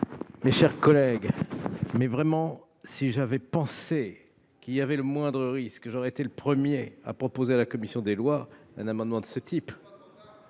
Mes chers collègues, si j'avais pensé qu'il y avait le moindre risque, j'aurais été le premier à proposer à la commission des lois un amendement de ce type.